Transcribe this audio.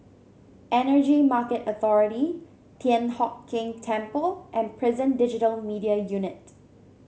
Energy Market Authority Thian Hock Keng Temple and Prison Digital Media Unit